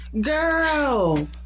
girl